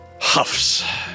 huffs